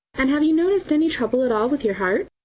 and have you noticed any trouble at all with your heart?